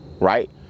Right